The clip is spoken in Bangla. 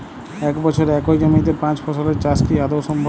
এক বছরে একই জমিতে পাঁচ ফসলের চাষ কি আদৌ সম্ভব?